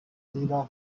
leila